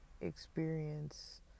experience